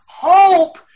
Hope